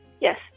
Yes